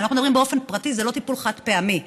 כשאנחנו מדברים באופן פרטי זה לא טיפול חד-פעמי,